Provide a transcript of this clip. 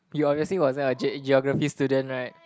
you obviously wasn't a J~ Geography student right